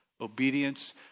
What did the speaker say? obedience